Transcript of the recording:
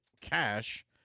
cash